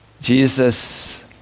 Jesus